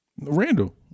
Randall